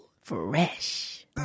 fresh